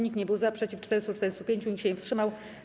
Nikt nie był za, przeciw - 445, nikt się nie wstrzymał.